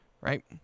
right